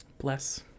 Bless